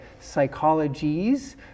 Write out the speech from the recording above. psychologies